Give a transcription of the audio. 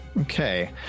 Okay